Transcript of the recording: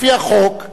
לפי החוק,